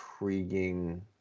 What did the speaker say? intriguing